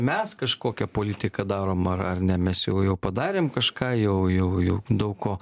mes kažkokią politiką darom ar ar ne mes jau jau padarėm kažką jau jau jau daug ko